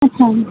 अच्छा